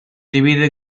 divide